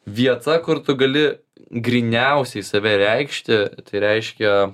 vieta kur tu gali gryniausiai save reikšti tai reiškia